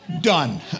done